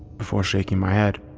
before shaking my head.